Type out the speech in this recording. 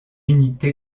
unité